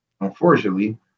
unfortunately